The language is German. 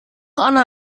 anna